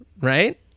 Right